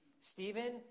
Stephen